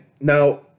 now